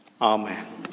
Amen